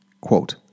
Quote